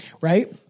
Right